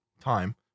time